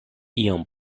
iom